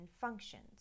functions